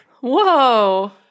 Whoa